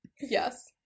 Yes